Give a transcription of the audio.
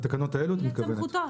בתקנות האלו את מתכוונת.